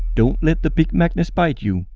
don't let the big magnets bite you.